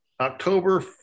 October